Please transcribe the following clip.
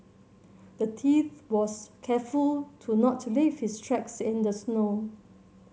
the thief was careful to not leave his tracks in the snow